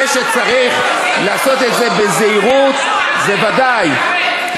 זה שצריך לעשות את זה בזהירות, זה ודאי.